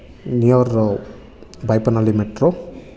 near Baiyappanahalli metro